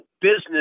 business